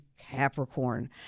capricorn